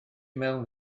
mewn